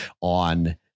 on